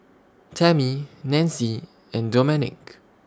Tammie Nanci and Domenick